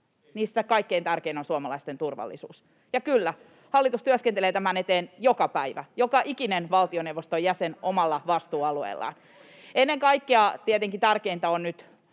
niistä kaikkein tärkein on suomalaisten turvallisuus. Ja kyllä, hallitus työskentelee tämän eteen joka päivä, joka ikinen valtioneuvoston jäsen omalla vastuualueellaan. Ennen kaikkea tärkeintä on